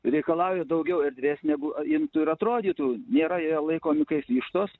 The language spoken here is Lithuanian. reikalauja daugiau erdvės negu imtų ir atrodytų nėra jie laikomi kaip vištos